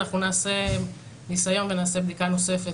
אנחנו נעשה ניסיון ונעשה בדיקה נוספת